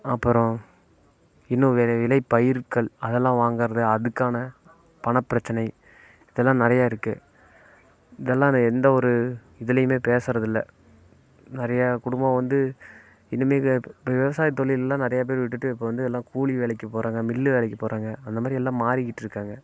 அப்புறம் இன்னும் விலை விலைப் பயிர்கள் அதெல்லாம் வாங்குவது அதுக்கான பணப்பிரச்சினை இதெல்லாம் நிறையா இருக்குது இதெல்லாம் எந்த ஒரு இதுலையுமே பேசுவது இல்லை நிறையா குடும்பம் வந்து இனிமேல் இப்போ விவசாயத்தொழிலெலாம் நிறையா பேர் விட்டுவிட்டு இப்போ வந்து எல்லாம் கூலி வேலைக்கு போகிறாங்க மில்லு வேலைக்கு போகிறாங்க அந்தமாதிரி எல்லாம் மாறிக்கிட்டிருக்காங்க